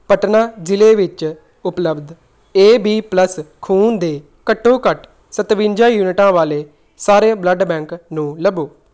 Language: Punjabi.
ਪਟਨਾ ਜ਼ਿਲ੍ਹੇ ਵਿੱਚ ਉਪਲਬਧ ਏ ਬੀ ਪਲੱਸ ਖੂਨ ਦੇ ਘੱਟੋ ਘੱਟ ਸਤਵੰਜਾ ਯੂਨਿਟਾਂ ਵਾਲੇ ਸਾਰੇ ਬਲੱਡ ਬੈਂਕ ਨੂੰ ਲੱਭੋ